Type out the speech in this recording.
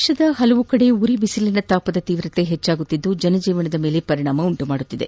ದೇಶದ ನಾನಾ ಕಡೆ ಉರಿ ಬಿಸಿಲಿನ ತಾಪದ ತೀವ್ರತೆ ಹೆಚ್ಚಾಗುತ್ತಿದ್ದು ಜನಜೀವನದ ಮೇಲೆ ಪರಿಣಾಮ ಉಂಟುಮಾಡುತ್ತಿದೆ